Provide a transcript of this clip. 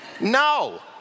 No